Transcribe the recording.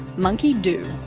monkey do.